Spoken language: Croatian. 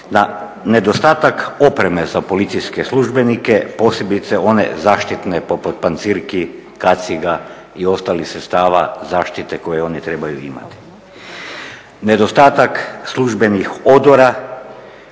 na nedostatak opreme za policijske službenike, posebice one zaštitne poput pancirki, kaciga i ostalih sredstava zaštite koje oni trebaju imati. Nedostatak službenih odora,